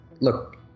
look